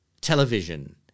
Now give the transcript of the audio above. television